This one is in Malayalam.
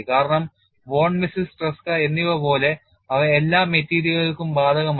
കാരണം വോൺ മിസസ് ട്രെസ്ക എന്നിവ പോലെ അവ എല്ലാ മെറ്റീരിയലുകൾക്കും ബാധകമല്ല